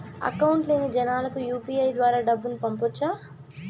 Account లేని జనాలకు UPI ద్వారా డబ్బును పంపొచ్చా?